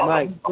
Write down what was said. Mike